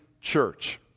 church